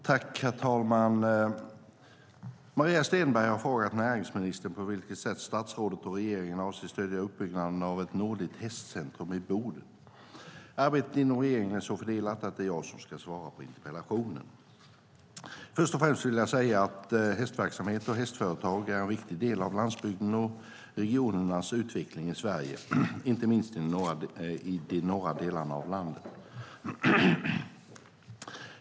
Herr talman! Maria Stenberg har frågat näringsministern på vilket sätt statsrådet och regeringen avser att stödja uppbyggnaden av ett nordligt hästcentrum i Boden. Arbetet inom regeringen är så fördelat att det är jag som ska svara på interpellationen. Först och främst vill jag säga att hästverksamheter och hästföretag är en viktig del av landsbygdens och regionernas utveckling i Sverige, inte minst i de norra delarna av landet.